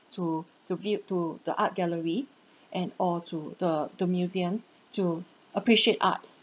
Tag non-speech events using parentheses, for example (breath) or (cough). (breath) to to view to the art gallery and or to the the museums to appreciate art